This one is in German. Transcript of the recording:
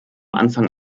anfang